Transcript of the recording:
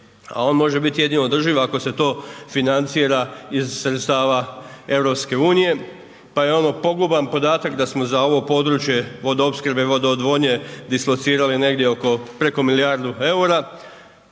A on može biti jedino održiv, ako se to financira iz sredstava EU pa je ono poguban podatak da smo za ovo područje vodoopskrbe i vodoodvodnje dislocirali negdje oko preko milijardu EUR-a